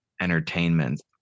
entertainment